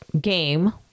game